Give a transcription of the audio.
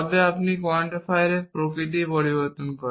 তবে এটি কোয়ান্টিফায়ারের প্রকৃতি পরিবর্তন করে